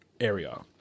area